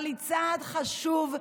אבל היא צעד חשוב.